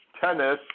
tennis